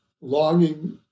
longing